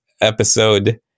episode